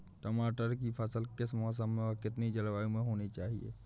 टमाटर की फसल किस मौसम व कितनी जलवायु में होनी चाहिए?